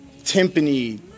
timpani